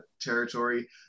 territory